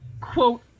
quote